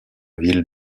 ville